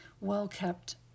well-kept